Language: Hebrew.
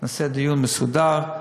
נעשה דיון מסודר.